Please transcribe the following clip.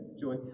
joy